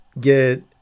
get